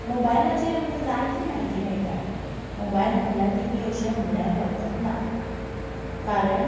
मोबायलाचेर आमकां जायती म्हायती मेळटा मोबायल म्हणल्यार टी वी अशें म्हणल्यार हरकत ना कारण